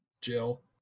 Jill